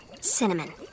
cinnamon